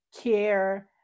care